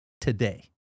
today